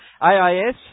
AIS